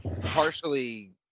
partially –